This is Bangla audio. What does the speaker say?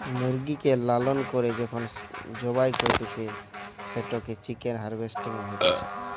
মুরগিকে লালন করে যখন জবাই করতিছে, সেটোকে চিকেন হার্ভেস্টিং বলতিছে